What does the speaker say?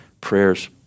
prayers